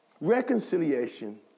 Reconciliation